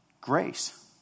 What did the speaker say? Grace